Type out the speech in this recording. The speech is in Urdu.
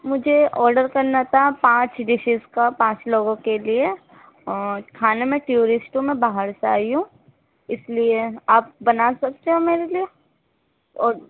مجھے آڈر کرنا تھا پانچ ڈسیز کا پانچ لوگوں کے لیے اور کھانے میں ٹیورسٹ ہوں میں باہر سے آئی ہوں اس لیے آپ بنا سکتے ہو میرے لیے اور